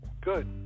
good